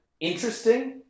interesting